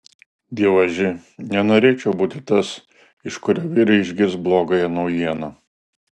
dievaži nenorėčiau būti tas iš kurio vyrai išgirs blogąją naujieną